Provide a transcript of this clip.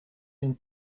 une